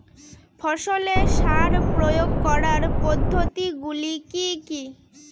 ফসলে সার প্রয়োগ করার পদ্ধতি গুলি কি কী?